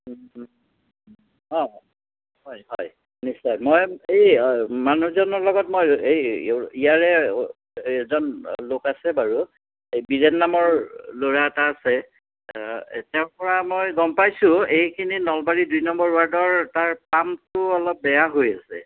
অঁ হয় হয় নিশ্চয় মই এই মানুহজনৰ লগত মই এই ইয়াৰে এজন লোক আছে বাৰু এই বিৰেণ নামৰ ল'ৰা এটা আছে তেওঁৰপৰা মই গম পাইছোঁ এইখিনি নলবাৰী দুই নম্বৰ ৱাৰ্ডৰ তাৰ পাম্পটো অলপ বেয়া হৈ আছে